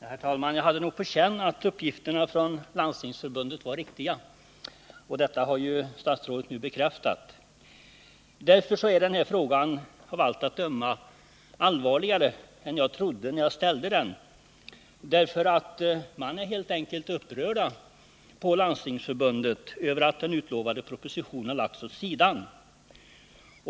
Herr talman! Jag hade nog på känn att uppgifterna från Landstingsförbundet var riktiga — detta har statsrådet nu bekräftat. Därför är den här saken av allt att döma allvarligare än jag trodde när jag ställde min fråga. På Landstingsförbundet är man helt enkelt upprörd över att den utlovade propositionen lagts åt sidan.